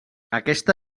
aquesta